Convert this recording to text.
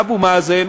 אבו מאזן